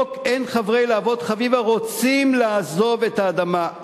ובחוק אין חברי להבות-חביבה רוצים לעזוב את האדמה".